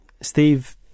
Steve